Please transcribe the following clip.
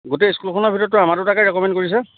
গোটেই স্কুলখনৰ ভিতৰত ধৰা আমাৰ দুটাকে ৰিকমেণ্ড কৰিছে